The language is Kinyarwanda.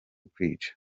kukwica